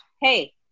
Hey